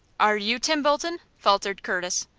are you tim bolton? faltered curtis.